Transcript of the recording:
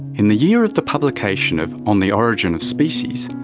in the year of the publication of on the origin of species,